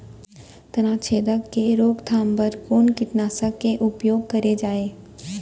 तनाछेदक के रोकथाम बर कोन कीटनाशक के उपयोग करे जाये?